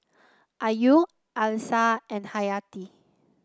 Ayu Alyssa and Hayati